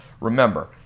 Remember